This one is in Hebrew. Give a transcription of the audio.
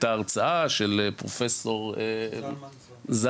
היתה הרצאה של פרופ' זלמנסון,